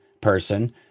person